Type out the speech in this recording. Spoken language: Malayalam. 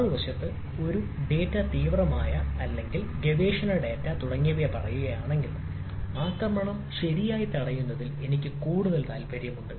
മറുവശത്ത് ഒരു ഡാറ്റ തീവ്രമായ അല്ലെങ്കിൽ ഗവേഷണ ഡാറ്റ തുടങ്ങിയവ പറയുകയാണെങ്കിൽ ആക്രമണം ശരിയായി തടയുന്നതിൽ എനിക്ക് കൂടുതൽ താൽപ്പര്യമുണ്ട്